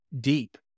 deep